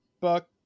Buck